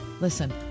Listen